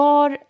Var